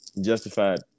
justified